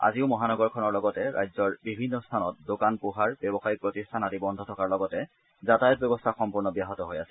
আজিও মহানগৰখনৰ লগতে ৰাজ্যৰ বিভিন্ন স্থানত দোকান পোহাৰ ব্যৱসায়িক প্ৰতিষ্ঠান আদি বন্ধ থকাৰ লগতে যাতায়াত ব্যৱস্থা সম্পূৰ্ণ ব্যাহত হৈ আছে